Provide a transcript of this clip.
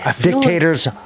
Dictators